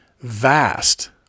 vast